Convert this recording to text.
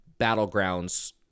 battlegrounds